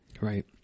Right